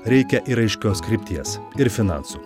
reikia ir aiškios krypties ir finansų